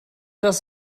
das